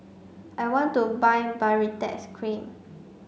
I want to buy Baritex Cream